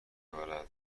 بارد